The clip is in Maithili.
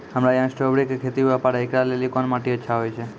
हमरा यहाँ स्ट्राबेरी के खेती हुए पारे, इकरा लेली कोन माटी अच्छा होय छै?